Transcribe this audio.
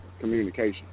communication